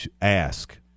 ask